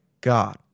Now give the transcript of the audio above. God